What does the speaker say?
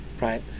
right